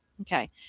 Okay